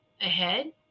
ahead